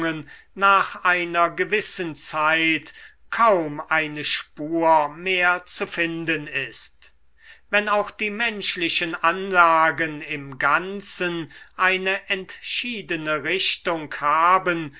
nach einer gewissen zeit kaum eine spur mehr zu finden ist wenn auch die menschlichen anlagen im ganzen eine entschiedene richtung haben